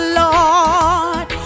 lord